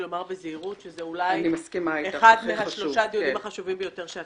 אולי אחד משלושת הדיונים החשובים ביותר שאת